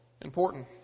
important